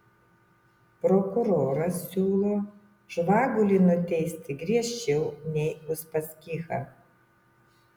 prokuroras siūlo žvagulį nuteisti griežčiau nei uspaskichą